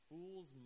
Fools